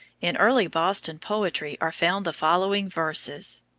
in early boston poetry are found the following verses